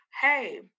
hey